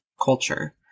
culture